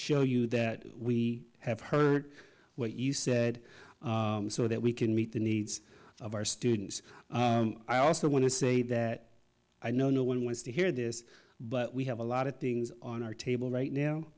show you that we have heard what you said so that we can meet the needs of our students i also want to say that i know no one wants to hear this but we have a lot of things on our table right now